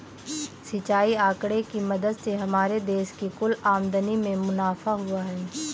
सिंचाई आंकड़े की मदद से हमारे देश की कुल आमदनी में मुनाफा हुआ है